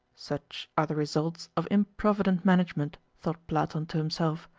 such are the results of improvident management! thought platon to himself.